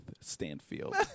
Stanfield